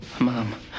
Mom